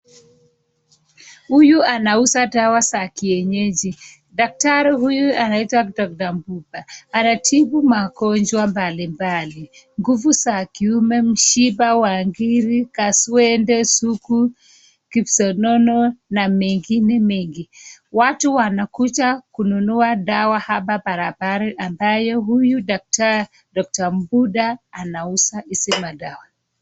Huyu anauza dawa za kienyeji. Daktari huyu anaitwa Doctor Mduba. Anatibu magonjwa mbalimbali. Nguvu za kiume, mshipa wa ngiri, kaswende, suku, kisonono, na mengine mengi. Watu wanakuja kununua dawa hapa barabara ambayo huyu daktari Doctor Mduba anauza izimadawa.